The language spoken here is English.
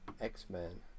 x-men